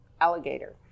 alligator